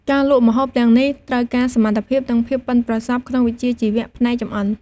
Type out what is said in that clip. ការលក់ម្ហូបទាំងនេះ ត្រូវការសមត្ថភាព និងភាពប៉ិនប្រសប់ក្នុងវិជ្ជាជីវៈផ្នែកចម្អិន។